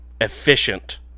efficient